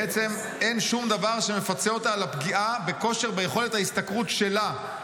בעצם אין שום דבר שמפצה אותה על הפגיעה ביכולת ההשתכרות שלה,